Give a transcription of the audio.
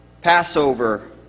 Passover